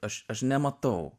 aš aš nematau